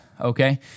Okay